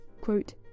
quote